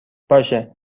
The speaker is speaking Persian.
باشه